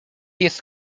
jest